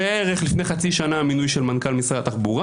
ראה ערך לפני חצי שנה המינוי של מנכ"ל משרד התחבורה,